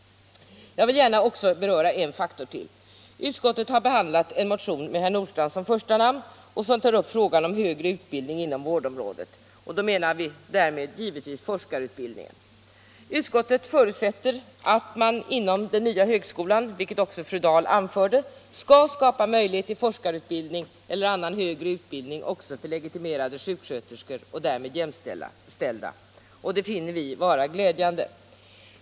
Jag vill gärna beröra en faktor till. Utskottet har behandlat en motion med herr Nordstrandh som första "nämn som tar upp frågan om högre utbildning inom vårdområdet, och då menar vi därmed givetvis forskarutbildningen. Utskottet förutsätter att man inom den nya högskolan, vilket också fru Dahl anförde, skall skapa möjligheter till forskarutbildning eller annan högre utbildning också för legitimerade sjuksköterskor och därmed jämställda, och det finner vi vara glädjande.